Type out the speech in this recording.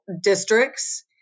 districts